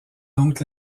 donc